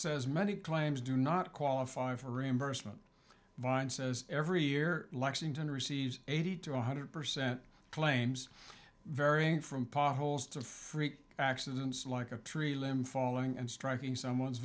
says many claims do not qualify for reimbursement vine says every year lexington receives eighty to one hundred percent claims varying from potholes to freak accidents like a tree limb falling and striking someone's